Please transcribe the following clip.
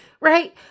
Right